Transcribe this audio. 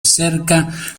cerca